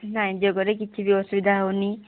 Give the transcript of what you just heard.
ନାଇ ଯୋଗରେ କିଛି ବି ଅସୁବିଧା ହେଉନି